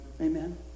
Amen